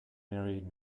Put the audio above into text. married